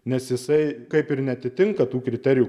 nes jisai kaip ir neatitinka tų kriterijų